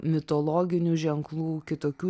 mitologinių ženklų kitokių